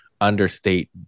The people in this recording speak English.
understate